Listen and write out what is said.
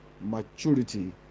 maturity